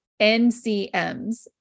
NCMs